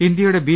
ഇന്ത്യയുടെ ബി